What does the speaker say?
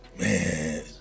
Man